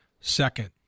Second